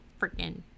freaking